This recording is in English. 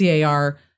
CAR